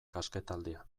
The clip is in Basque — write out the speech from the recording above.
kasketaldia